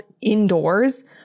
indoors